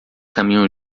caminham